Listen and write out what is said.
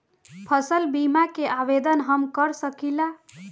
फसल बीमा के आवेदन हम कर सकिला?